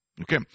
Okay